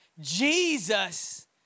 Jesus